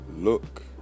look